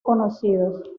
conocidos